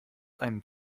einem